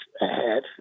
ahead